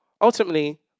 ultimately